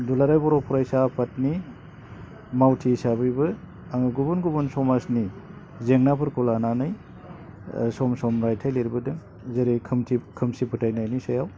दुलाराय बर' फरायसा आफादनि मावथि हिसाबैबो आङो गुबुन गुबुन समाजनि जेंनाफोरखौ लानानै सम सम रायथाइ लिरबोदों जेरै खोमसि फोथायनायनि सायाव